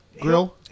grill